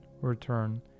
return